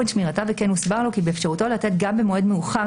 שמירתה וכן הוסבר לו כי באפשרותו לתת גם במועד מאוחר